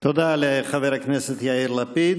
תודה לחבר הכנסת יאיר לפיד.